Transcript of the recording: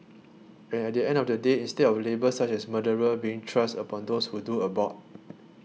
and at the end of the day instead of labels such as murderer being thrust upon those who do abort